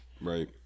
Right